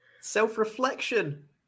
self-reflection